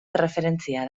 erreferentzia